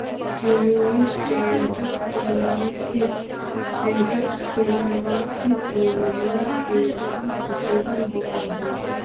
feminist entrepreneurship entrepreneurship में महिला के योगदान से जुड़ल होवऽ हई